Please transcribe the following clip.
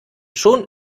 schon